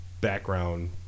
background